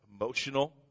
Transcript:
emotional